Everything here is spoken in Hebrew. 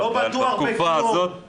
אבל בתקופה הזאת --- לא בטוח בכלום.